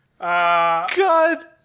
God